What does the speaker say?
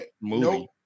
movie